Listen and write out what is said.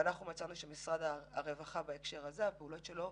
אנחנו מצאנו שהפעולות של משרד הרווחה בהקשר הזה היו